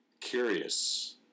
curious